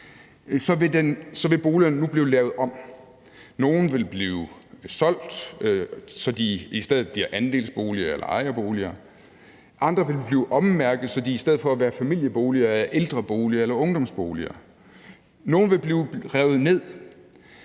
så vil boligerne nu bliver lavet om. Nogle vil blive solgt, så de i stedet bliver andelsboliger eller ejerboliger; andre ville blive ommærket, så de i stedet for at være familieboliger bliver til ældreboliger eller ungdomsboliger; nogle vil blive revet ned;